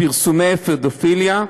פרסומי פדופיליה,